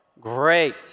great